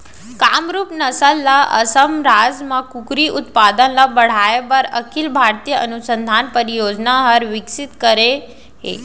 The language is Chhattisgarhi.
कामरूप नसल ल असम राज म कुकरी उत्पादन ल बढ़ाए बर अखिल भारतीय अनुसंधान परियोजना हर विकसित करे हे